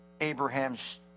Abraham's